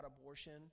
abortion